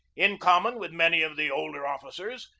in common with many of the older officers,